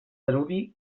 danubi